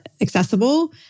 accessible